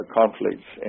conflicts